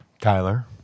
Tyler